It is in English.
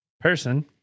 person